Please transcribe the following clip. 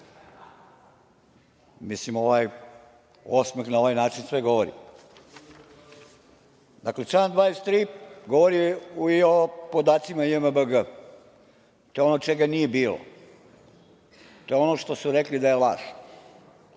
mislim, ovaj osmeh na ovaj način sve govori. Dakle, član 23. govori i o podacima JMBG. To je ono čega nije bilo. To je ono što su rekli da je laž.